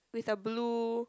with a blue